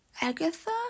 Agatha